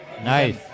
nice